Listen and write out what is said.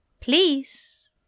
Please